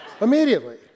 immediately